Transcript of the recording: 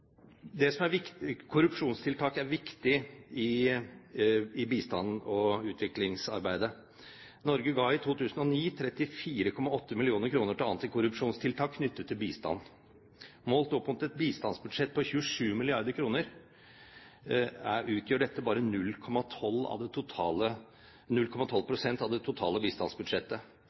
utviklingsarbeidet. Norge ga i 2009 34,8 mill. kr til antikorrupsjonstiltak knyttet til bistand. Målt opp mot et bistandsbudsjett på 27 mrd. kr utgjør dette bare 0,12 pst. av det totale bistandsbudsjettet. Når hundrevis av millioner forsvinner slik som i tilfellet Grameen Bank, er det